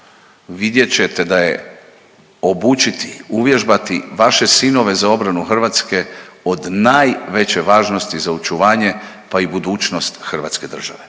vidjet ćete da je obučiti, uvježbati vaše sinove za obranu Hrvatske, od najveće važnosti za očuvanje pa i budućnost Hrvatske države.